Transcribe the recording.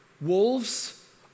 Wolves